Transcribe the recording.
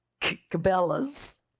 Cabela's